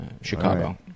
Chicago